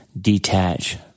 detach